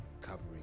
Covering